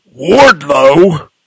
Wardlow